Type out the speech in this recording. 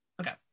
Okay